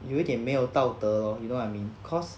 有一点没有道德 you know what I mean cause